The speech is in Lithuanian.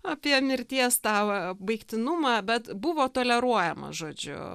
apie mirties tą baigtinumą bet buvo toleruojama žodžiu